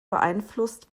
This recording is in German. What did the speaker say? beeinflusst